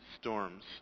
storms